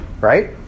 Right